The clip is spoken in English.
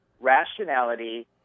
rationality